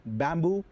bamboo